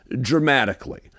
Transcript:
dramatically